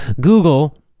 Google